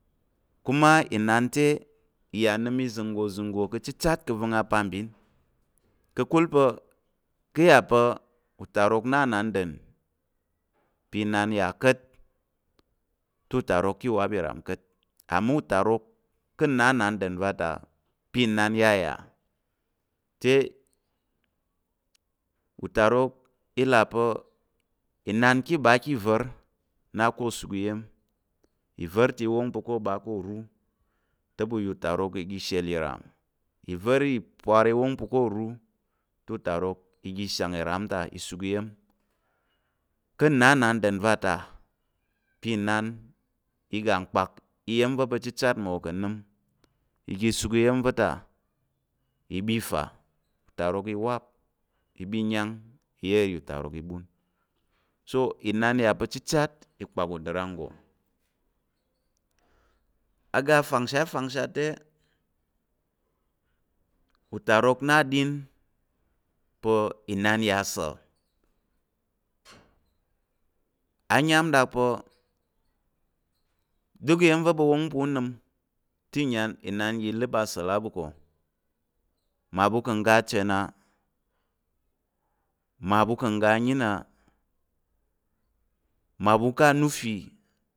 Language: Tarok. Kuma inan te i ya nəm nza̱ nggo nza̱ nggo pa̱ chichat ka̱ avəng apabim ka̱kul pa̱ ka̱ yà pa̱. utarok na nnanɗər pa̱ inan ya ka̱t, te utarok ka̱ i wap ìram ka̱t amma utarok ka̱ nna nnanɗər va ta pa̱ inan yayà te utarok i là pa̱ inan ka̱ ɓa ká̱ ìvar, na ká̱ o suk iyam ìvar ta i wong pa̱ ko ɓa ko ru te ɓu ya utarok i ga i shel ìram ìvar ìpəpar i wong pa̱ ka̱ ô ru te ɓu utarok i ga i shak ìram ta i suk iyam, ka̱ nna nnanɗər va ta pa̱ inan i ga kpak iya̱m va̱ pa̱ chatchat mmawo ka̱ nəm i ga i suk iya̱m va̱ ta i ɓa i fa utarok i wap ɓa i yang iya̱m nri, utarok i iɓun. So inan ya pa̱ chichat i kpak uda rang nggo aga fangshat fangshat te, utarok na aɗin pa̱ inan yà asa̱l ayam ɗak pa̱ duk iya̱m va̱ ɓu wong pa̱ u nəm te inan ya i ləp asa̱l á ɓu ko, mmaɓu ka̱ ngga achən á mmaɓu ka̱ ngga ayin á mmaɓu ká̱ anufi